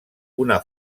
una